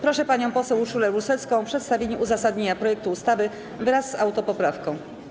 Proszę panią poseł Urszulę Rusecką o przedstawienie uzasadnienia projektu ustawy wraz z autopoprawką.